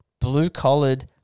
Blue-collared